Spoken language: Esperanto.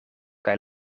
kaj